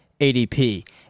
ADP